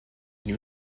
new